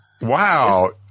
Wow